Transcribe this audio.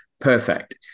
perfect